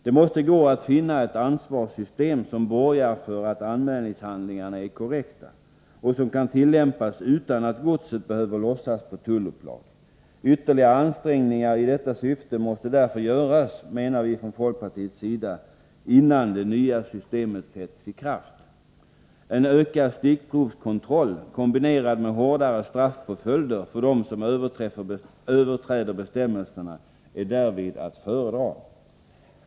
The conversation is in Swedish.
Det måste gå att finna ett ansvarssystem som borgar för att anmälningshandlingarna är korrekta och kan tillämpas utan att godset behöver lossas på tullupplag. Från folkpartiets sida menar vi därför att ytterligare ansträngningar i detta syfte måste göras innan det nya systemet sätts i kraft. En ökad stickprovskontroll kombinerad med hårdare straffpåföljder för dem som överträder bestämmelserna är härvid att föredra.